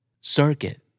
Circuit